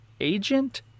agent